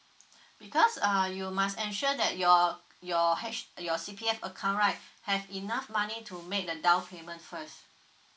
because uh you must ensure that your your h your C_P_F account right have enough money to make the down payment first